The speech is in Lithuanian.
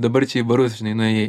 dabar čia į barus žinai